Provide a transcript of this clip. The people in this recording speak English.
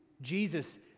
Jesus